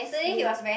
sleep